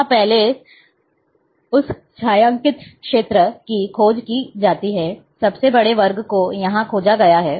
यहां पहले उस छायांकित क्षेत्र की खोज की जाती है सबसे बड़े वर्ग को यहां खोजा गया है